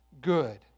good